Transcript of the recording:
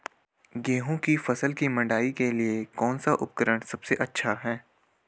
गेहूँ की फसल की मड़ाई के लिए कौन सा उपकरण सबसे अच्छा है?